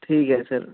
ਠੀਕ ਹੈ ਸਰ